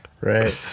Right